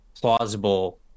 plausible